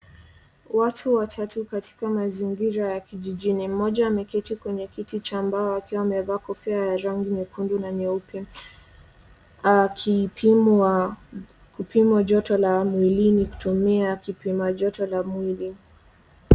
Watu watatu katika mazingira ya kijijini, mmoja ameketi kwenye kiti cha mbao akiwa amevaa kofia ya rangi nyekundu na nyeupe. Akipimwa, kupimwa joto la mwilini kutumia kipima joto la mwili.